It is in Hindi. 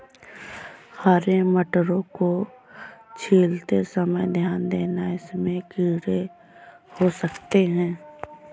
हरे मटरों को छीलते समय ध्यान देना, इनमें कीड़े हो सकते हैं